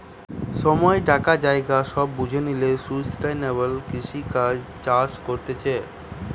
সময়, টাকা, জায়গা সব বুঝে লিয়ে সুস্টাইনাবল কৃষি চাষ করতিছে